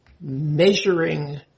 measuring